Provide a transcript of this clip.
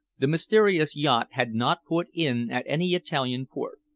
the mysterious yacht had not put in at any italian port.